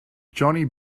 johnny